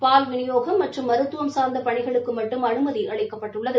பால் விநியோகம் மற்றும் மருத்துவம் சார்ந்த பணிகளுக்கு மட்டும் அனுமதி அளிக்கப்பட்டுள்ளது